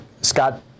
Scott